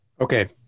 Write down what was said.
Okay